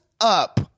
up